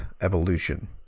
evolution